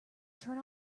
turn